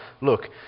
look